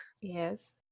Yes